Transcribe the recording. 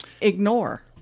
ignore